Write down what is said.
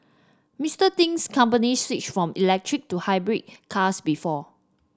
Mister Ting's company switched from electric to hybrid cars before